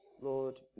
Lord